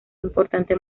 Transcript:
importante